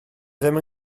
ddim